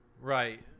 right